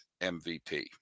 MVP